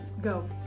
Go